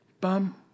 bum